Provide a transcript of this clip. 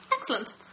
Excellent